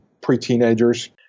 pre-teenagers